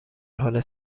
حال